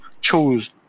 chose